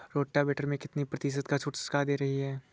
Rotavator में कितनी प्रतिशत का छूट सरकार दे रही है?